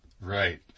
right